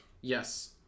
Yes